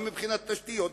גם מבחינת תשתיות,